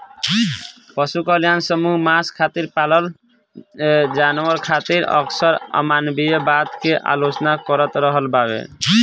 पशु कल्याण समूह मांस खातिर पालल जानवर खातिर अक्सर अमानवीय बता के आलोचना करत रहल बावे